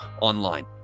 online